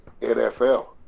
NFL